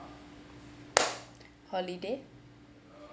holiday